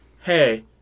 hey